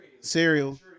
Cereal